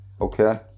Okay